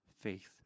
faith